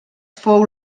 fou